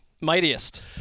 Mightiest